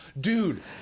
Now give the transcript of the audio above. dude